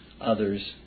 others